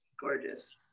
gorgeous